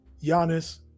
Giannis